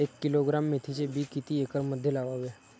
एक किलोग्रॅम मेथीचे बी किती एकरमध्ये लावावे?